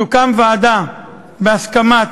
תוקם ועדה בהסכמת